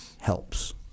helps